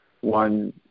one